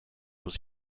was